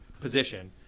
position